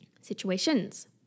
situations